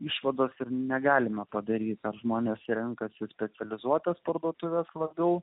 išvados negalima padaryti žmonės renkasi specializuotas parduotuves labiau